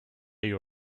you